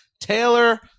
Taylor